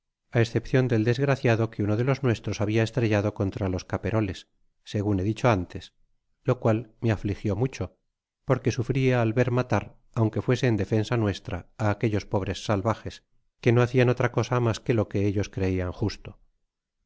á escepcion del desgraciado que uno de los nuestros habia estrellado contra los caperoles segun he dicho antes lo cual me afligió mucho porque sufria al ver matar aunque fuese en defensa nuestra a aquellos pobres salvajes que no hacian otra cosa mas que lo que ellos creiau justo